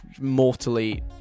mortally